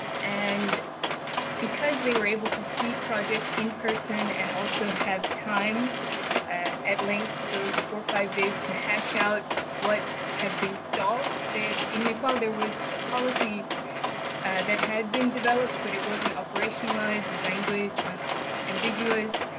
and because they were able to see projects in person and also have time at length those four or five days to hash out what had been stalled in nepal, there was a policy that had been developed but it wasn't operationalized, the language was ambiguous.